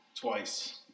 Twice